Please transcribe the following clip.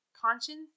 Conscience